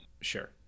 Sure